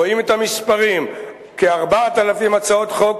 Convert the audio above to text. רואים את המספרים: כ-4,000 הצעות חוק